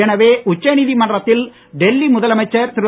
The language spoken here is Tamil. ஏற்கனவே உச்சநீதிமன்றத்தில் டெல்லி முதலமைச்சர் திரு